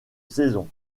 saison